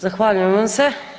Zahvaljujem vam se.